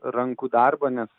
rankų darbą nes